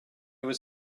was